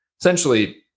essentially